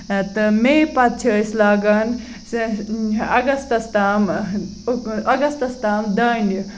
تہٕ میے پَتہٕ چھِ أسۍ لاگان اَگستَس تام اَگستَس تام دانہِ